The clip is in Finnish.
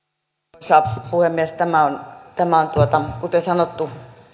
arvoisa puhemies tämä on kuten sanottu